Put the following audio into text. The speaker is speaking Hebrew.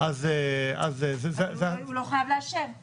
אז --- הוא לא חייב לאשר.